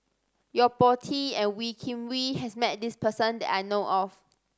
Yo Po Tee and Wee Kim Wee has met this person that I know of